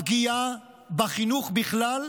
הפגיעה בחינוך בכלל,